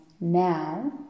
now